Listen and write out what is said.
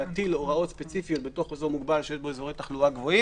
להטיל הוראות ספציפיות באזור מוגבל שיש בו אזורי תחלואה רבה;